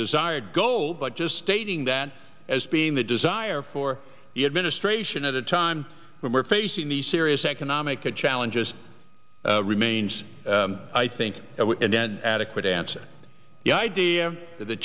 desired goal but just stating that as being the desire for the administration at a time when we're facing the serious economic of challenges remains i think and then adequate answer the idea th